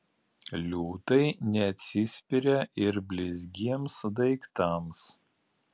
liūtai neatsispiria ir blizgiems daiktams